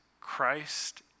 Christ